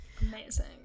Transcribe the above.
Amazing